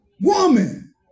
Woman